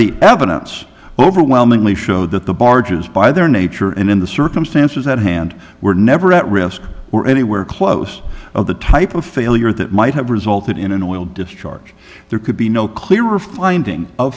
the evidence overwhelmingly showed that the barges by their nature and in the circumstances at hand were never at risk or anywhere close of the type of failure that might have resulted in an oil discharge there could be no clearer finding